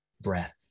breath